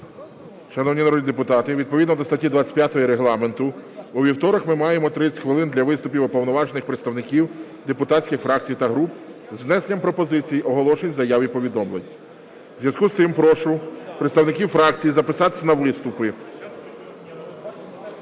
Шановні народні депутати! Відповідно до статті 25 Регламенту у вівторок ми маємо 30 хвилин для виступів уповноважених представників депутатських фракцій та груп з внесенням пропозицій, оголошень, заяв і повідомлень. У зв'язку з цим прошу представників фракцій записатись на виступи.